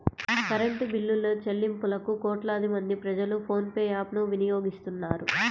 current బిల్లులుచెల్లింపులకు కోట్లాది మంది ప్రజలు ఫోన్ పే యాప్ ను వినియోగిస్తున్నారు